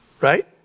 Right